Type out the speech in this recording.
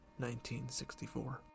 1964